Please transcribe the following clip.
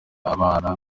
abana